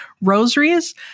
rosaries